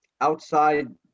outside